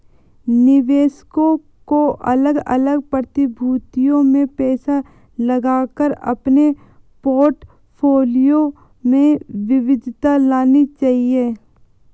निवेशकों को अलग अलग प्रतिभूतियों में पैसा लगाकर अपने पोर्टफोलियो में विविधता लानी चाहिए